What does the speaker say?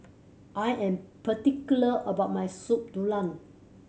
I am particular about my Soup Tulang